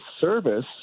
service